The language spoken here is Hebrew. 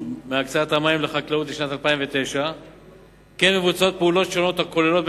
מהקצאת המים לחקלאות לשנת 2009. כן מבוצעות פעולות שונות הכוללות,